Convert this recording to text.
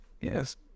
Yes